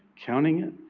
counting it,